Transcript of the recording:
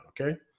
Okay